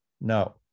no